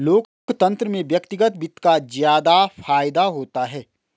लोकतन्त्र में व्यक्तिगत वित्त का ज्यादा फायदा होता है